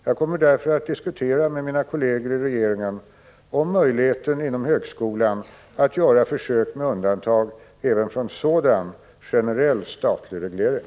Jag kommer därför att diskutera med mina kolleger i regeringen om möjligheten inom högskolan att göra försök med undantag även från sådan generell statlig reglering.